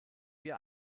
wir